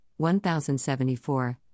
1074